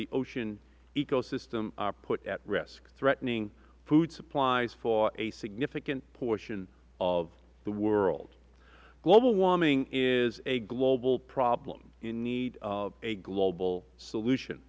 the ocean ecosystem are put at risk threatening food supplies for a significant portion of the world global warming is a global problem in need of a global solution